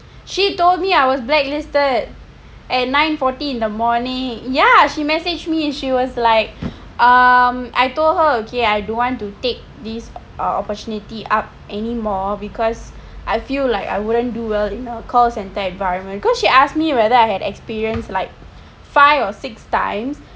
she told me I was blacklisted at nine forty in the morning ya she message me and she was like um I told her ok I don't want to take this opportunity up anymore because I feel like I wouldn't do well in a call centre environment cause she asked me whether I had experience like five or six times